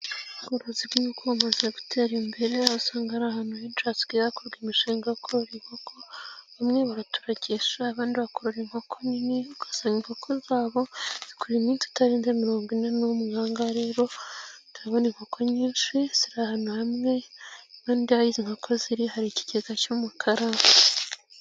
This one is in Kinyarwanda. Ubworozi bw'inko bumaze gutera imbere, aho usanga ari ahantu henshi hasigaye hakorwaga imishinga yokorora inkoko bamwe baraturagisha abandi bakorora inkoko nini, ugasanga inkoko zabo zikurira iminsi itarenze mirongo ine n'umwe, ahangaha rero turabona inkoko nyinshi ziri ahantu hamwe impande yaho izi nkoko ziri hari ikigega cy'umukara.